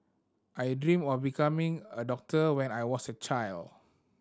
I dreamt of becoming a doctor when I was a child